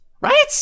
Right